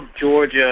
Georgia